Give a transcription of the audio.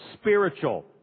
spiritual